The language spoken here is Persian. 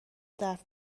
دفع